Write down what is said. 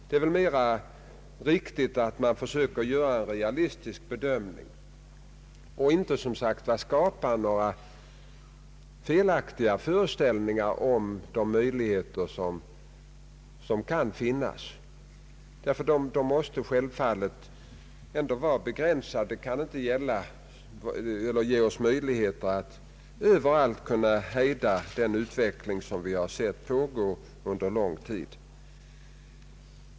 Det är väl mera riktigt att försöka göra en realistisk bedömning och inte skapa några felaktiga föreställningar om de möjligheter som kan finnas. De måste självfallet ändå vara begränsade. Vi har inte möjligheter att överallt kunna hejda den utveckling som vi har sett pågå under lång tid.